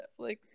Netflix